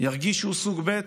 ירגיש שהוא סוג ב'?